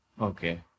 Okay